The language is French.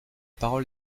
parole